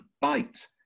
bite